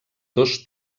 dos